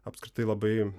apskritai labai